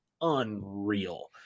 unreal